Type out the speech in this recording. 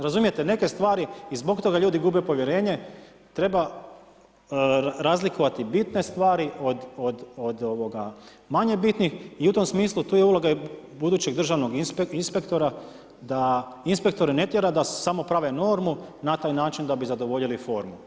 Razumijete, neke stvari i zbog toga ljudi gube povjerenje, treba razlikovati bitne stvari od ovoga, manje bitnih i u tom smislu tu je uloga i budućeg državnog inspektora da inspektore ne tjera da samo prave normu na taj način da bi zadovoljili formu.